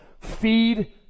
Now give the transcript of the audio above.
Feed